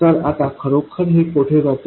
तर आता खरोखर ते कोठे जाते